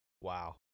Wow